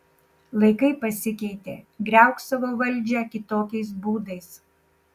laikai pasikeitė griauk savo valdžią kitokiais būdais